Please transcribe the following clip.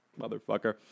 motherfucker